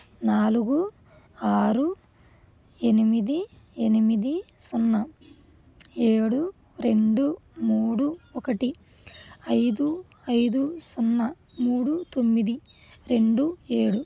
నాలుగు ఆరు ఎనిమిది ఎనిమిది సున్నా ఏడు రెండు మూడు ఒకటి ఐదు ఐదు సున్నా మూడు తొమ్మిది రెండు ఏడు